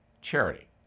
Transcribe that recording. charity